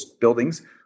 buildings